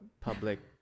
public